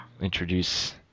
introduce